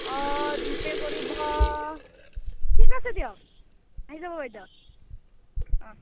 অঁ G pay কৰিব ঠিক আছে দিয়ক আহি যাব বাইদেউ অঁ